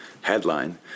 headline